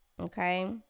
Okay